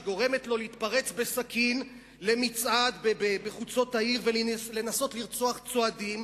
שגורמת לו להתפרץ בסכין למצעד בחוצות העיר ולנסות לרצוח צועדים,